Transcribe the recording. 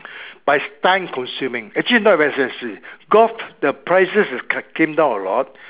but it's time consuming actually it's not very expensive golf the prices is came down a lot